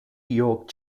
york